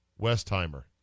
Westheimer